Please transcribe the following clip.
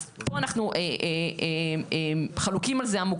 אז פה אנחנו חלוקים על זה עמוקות.